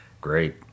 great